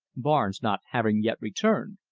barnes not having yet returned.